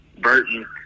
Burton